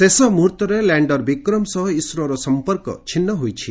ଶେଷ ମୁହର୍ତ୍ତରେ ଲ୍ୟାଣ୍ଡର ବିକ୍ରମ ସହ ଇସ୍ରୋର ସମ୍ମର୍କ ଛିନ୍ନ ହୋଇଛି